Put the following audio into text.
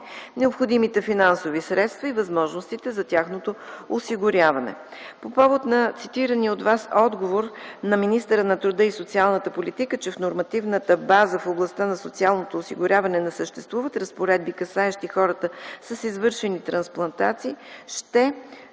необходимите финансови средства и възможностите за тяхното осигуряване. По повод на цитирания от Вас отговор на министъра на труда и социалната политика, че в нормативната база в областта на социалното осигуряване не съществуват разпоредби, касаещи хората с извършени трансплантации, ще